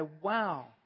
wow